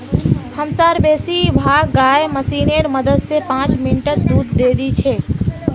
हमसार बेसी भाग गाय मशीनेर मदद स पांच मिनटत दूध दे दी छेक